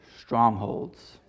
strongholds